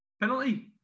Penalty